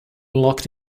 locked